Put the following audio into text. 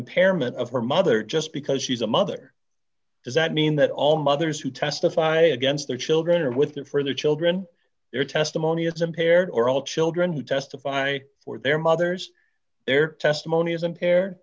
impairment of her mother just because she's a mother does that mean that all mothers who testify against their children are with them for their children their testimony is impaired or all children who testified for their mothers their testimony is impaired